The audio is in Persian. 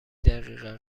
دقیقه